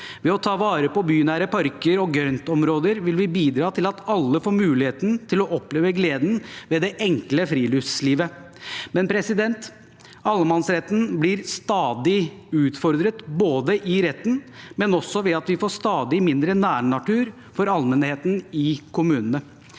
Ved å ta vare på bynære parker og grøntområder vil vi bidra til at alle får muligheten til å oppleve gleden ved det enkle friluftslivet. Men allemannsretten blir stadig utfordret, både i retten og ved at vi får stadig mindre nærnatur for allmennheten i kommunene.